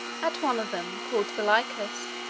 at one of them, called the lycus,